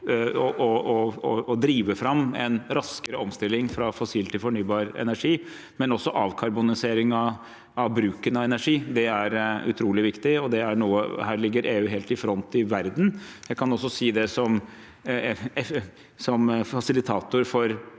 å drive fram en raskere omstilling fra fossil til fornybar energi, men også avkarbonisering av bruken av energi, er utrolig viktig. Her ligger EU helt i front i verden. Jeg kan også si som fasilitator for